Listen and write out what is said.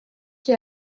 qui